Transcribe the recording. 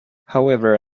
however